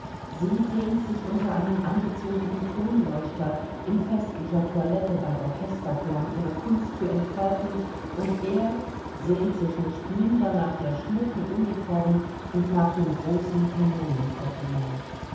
sie sehnt sich unter einem angezündeten kronleuchter in festlicher toilette bei orchesterklang ihre kunst zu entfalten und er sehnt sich nicht minder nach der schmucken uniform und nach dem großen